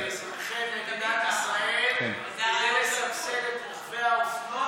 ואזרחי מדינת ישראל, זה תמיד ככה.